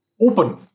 open